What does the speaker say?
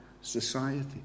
society